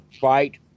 fight